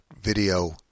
video